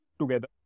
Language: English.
together